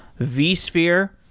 vsphere.